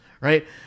Right